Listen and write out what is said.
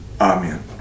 Amen